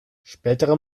spätere